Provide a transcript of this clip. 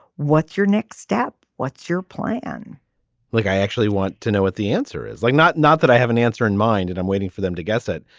what's your next step. what's your plan look i actually want to know what the answer is like not not that i have an answer in mind and i'm waiting for them to guess it.